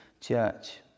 church